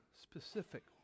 specific